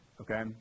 okay